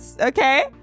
okay